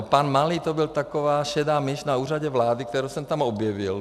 Pan Malý, to byla taková šedá myš na Úřadu vlády, kterou jsem tam objevil.